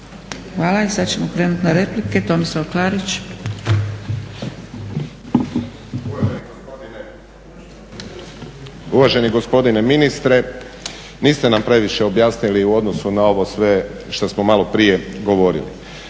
Hvala. I sada ćemo krenuti na replike, Tomislav Klarić. **Klarić, Tomislav (HDZ)** Uvaženi gospodine ministre, niste nam previše objasnili u odnosu na ovo sve što smo malo prije govorili.